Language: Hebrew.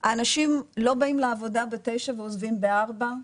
האנשים לא באים לעבודה ב-09:00 ועוזבים ב-16:00.